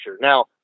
Now